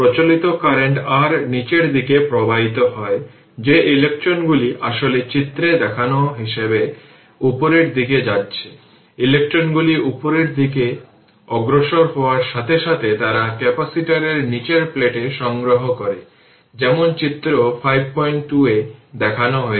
সুতরাং 1 Ω resistor dissipated মোট energy হল w t 0 থেকে ইনফিনিটি 256 e এর পাওয়ার 10 t dt যদি এটি ইন্টিগ্রেট করা হয় তাহলে 0256 জুল পাবে